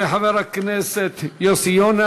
לחבר הכנסת יוסי יונה.